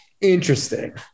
interesting